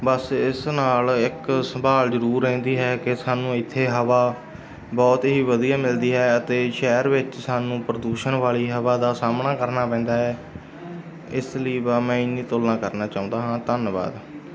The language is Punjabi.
ਬਸ ਇਸ ਨਾਲ ਇੱਕ ਸੰਭਾਲ ਜ਼ਰੂਰ ਰਹਿੰਦੀ ਹੈ ਕਿ ਸਾਨੂੰ ਇੱਥੇ ਹਵਾ ਬਹੁਤ ਹੀ ਵਧੀਆ ਮਿਲਦੀ ਹੈ ਅਤੇ ਸ਼ਹਿਰ ਵਿੱਚ ਸਾਨੂੰ ਪ੍ਰਦੂਸ਼ਣ ਵਾਲੀ ਹਵਾ ਦਾ ਸਾਹਮਣਾ ਕਰਨਾ ਪੈਂਦਾ ਹੈ ਇਸ ਲਈ ਬਸ ਮੈਂ ਇੰਨੀ ਤੁਲਨਾ ਕਰਨਾ ਚਾਹੁੰਦਾ ਹਾਂ ਧੰਨਵਾਦ